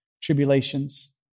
tribulations